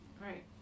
Right